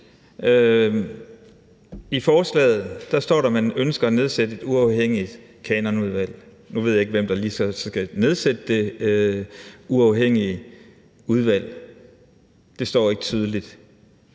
I forslaget står der, at man ønsker at nedsætte et uafhængigt kanonudvalg. Nu ved jeg ikke, hvem der så lige skal nedsætte det uafhængige udvalg. Det står ikke tydeligt.